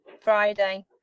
Friday